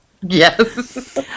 Yes